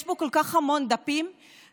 יש בו כל כך המון דפים ותכנים,